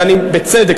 ובצדק,